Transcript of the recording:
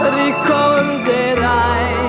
ricorderai